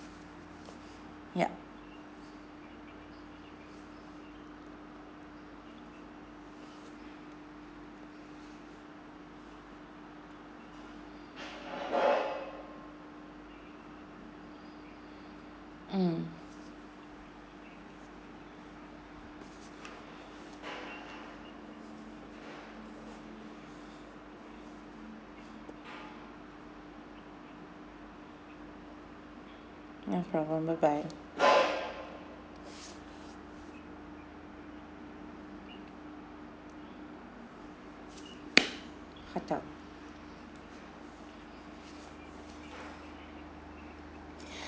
yup um no problem bye bye hotel